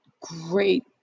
great